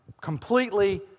completely